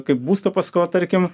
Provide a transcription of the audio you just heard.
kaip būsto paskola tarkim